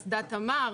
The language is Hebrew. אסדת תמר,